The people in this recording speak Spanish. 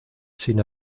sin